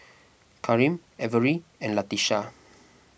Karim Averi and Latesha